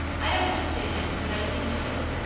i don't seem to him what i seem to you.